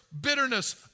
bitterness